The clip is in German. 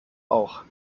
auch